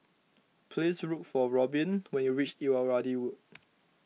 please look for Robyn when you reach Irrawaddy Road